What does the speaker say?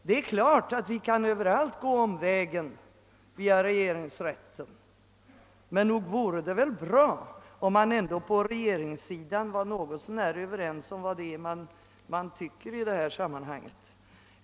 Vi kan naturligtvis alltid gå omvägen över regeringsrätten, men nog vore det bra om man inom regeringen var något så när överens om vad man tycker i detta sammanhang.